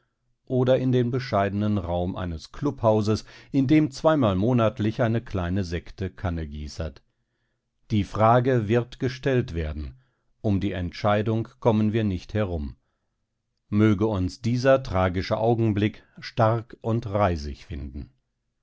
oder in den bescheidenen raum eines klubhauses in dem zweimal monatlich eine kleine sekte kannegießert die frage wird gestellt werden um die entscheidung kommen wir nicht herum möge uns dieser tragische augenblick stark und reisig finden